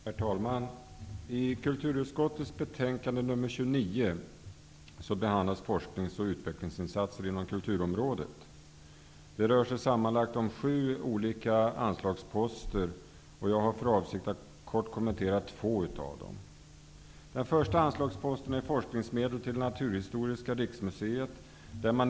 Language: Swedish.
Herr talman! I kulturutskottets betänkande nr 29 behandlas forsknings och utvecklingsinsatser inom kulturområdet. Det rör sig sammanlagt om sju olika anslagsposter, och jag har för avsikt att kortfattat kommentera två av dem. Den första anslagsposten jag vill ta upp är forskningsmedel till Naturhistoriska riksmuseet.